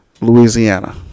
Louisiana